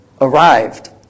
arrived